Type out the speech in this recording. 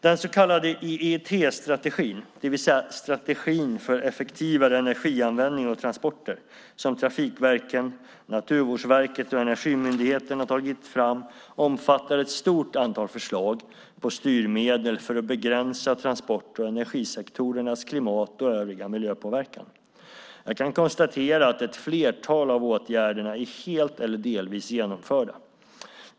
Den så kallade EET-strategin, det vill säga strategin för effektivare energianvändning och transporter, som trafikverken, Naturvårdsverket och Energimyndigheten har tagit fram omfattar ett stort antal förslag på styrmedel för att begränsa transport och energisektorernas klimat och övrig miljöpåverkan. Jag kan konstatera att ett flertal av åtgärderna är helt eller delvis genomförda.